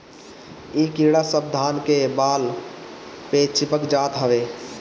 इ कीड़ा सब धान के बाल पे चिपक जात हवे